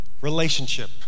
relationship